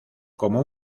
como